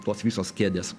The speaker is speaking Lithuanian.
tos visos kėdės